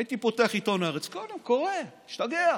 הייתי פותח עיתון הארץ כל יום, קורא, משתגע.